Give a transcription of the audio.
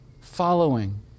following